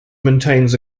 maintains